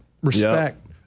respect